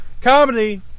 Comedy